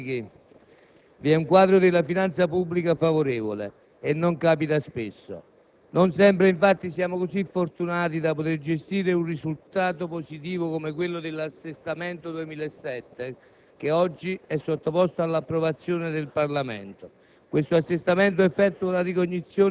Signor Presidente, colleghi, vi è un quadro della finanza pubblica favorevole. E non capita spesso. Non sempre, infatti, siamo così fortunati da poter gestire un risultato positivo come quello dell'assestamento 2007, che oggi è sottoposto all'approvazione del Parlamento.